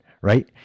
right